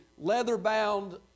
leather-bound